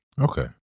Okay